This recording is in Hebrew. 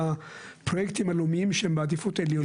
הפרויקטים הלאומיים שהם בעדיפות עליונה.